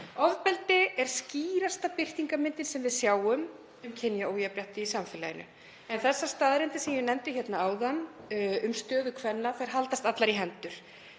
Ofbeldi er skýrasta birtingarmyndin sem við sjáum um kynjaójafnrétti í samfélaginu. En þær staðreyndir sem ég nefndi hér áðan, um stöðu kvenna, haldast allar í hendur.